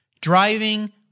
driving